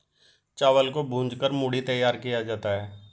चावल को भूंज कर मूढ़ी तैयार किया जाता है